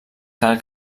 cal